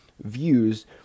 views